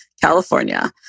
California